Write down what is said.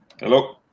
Hello